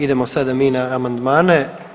Idemo sada mi na amandmane.